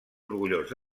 orgullós